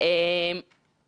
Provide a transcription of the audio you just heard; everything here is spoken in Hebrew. הצליחו חברי הוועדה,